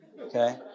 okay